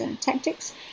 tactics